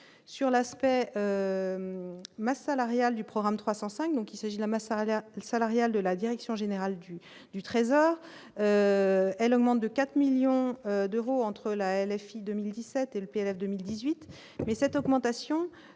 Sur l'aspect ma salariale du programme 305 donc il s'agit, Damas Apple salariales de la direction générale du du Trésor, elles augmentent de 4 millions d'euros, entre la LFI 2017 et le PLF 2010. Suite mais cette augmentation